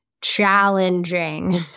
Challenging